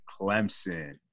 Clemson